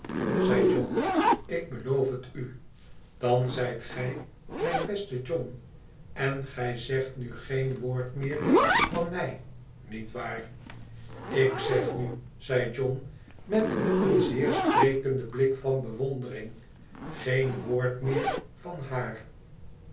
zei john ik beloof het u dan zijt gij mijn beste john en gij zegt nu geen woord meer van mij nietwaar lik zeg nu zei john met een zeer sprekenden blik van bewondering geen woord meer van haar